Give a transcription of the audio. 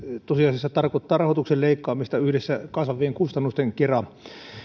tosiasiassa tarkoittaa rahoituksen leikkaamista yhdessä kasvavien kustannusten kera